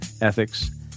ethics